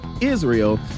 Israel